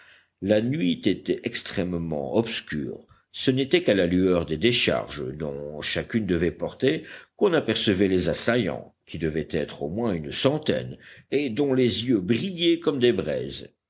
la nuit était extrêmement obscure ce n'était qu'à la lueur des décharges dont chacune devait porter qu'on apercevait les assaillants qui devaient être au moins une centaine et dont les yeux brillaient comme des braises